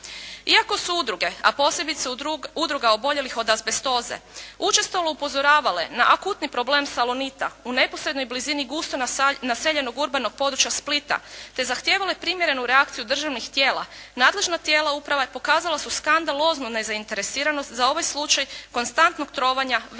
Iako su udruge a posebice Udruga oboljelih od azbestoze učestalo upozoravale na akutni problem "Salonit" u neposrednoj blizini gusto naseljenog urbanog područja Splita te zahtijevale primjerenu reakciju državnih tijela nadležna tijela uprave pokazala su skandaloznu nezainteresiranost za ovaj slučaj konstantnog trovanja velikog